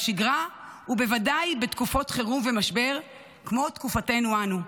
בשגרה ובוודאי בתקופות חירום ומשבר כמו תקופתנו אנו,